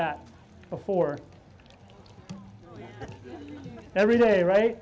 that before every day right